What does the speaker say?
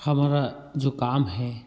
हमारा जो काम है